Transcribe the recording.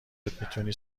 میتونی